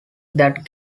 that